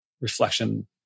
reflection